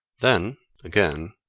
then, again,